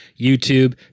YouTube